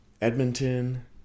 Edmonton